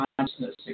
consciousness